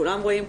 כולם יודעים,